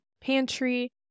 pantry